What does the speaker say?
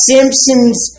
Simpsons